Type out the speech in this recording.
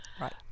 Right